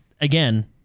again